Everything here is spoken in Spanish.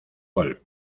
gol